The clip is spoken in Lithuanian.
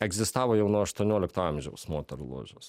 egzistavo jau nuo aštuoniolikto amžiaus moterų ložės